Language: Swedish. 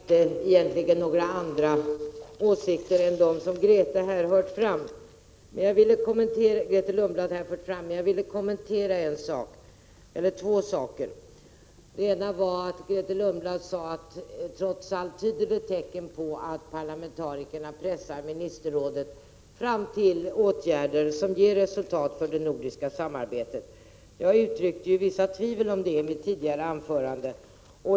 Herr talman! Jag har egentligen inte några andra åsikter än de som Grethe Lundblad här fört fram. Jag vill emellertid kommentera två saker. Grethe Lundblad sade att det trots allt finns tecken som tyder på att parlamentarikerna pressar ministerrådet till åtgärder som ger resultat för det nordiska samarbetet. Jag uttryckte vissa tvivel om det i mitt tidigare anförande.